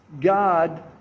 God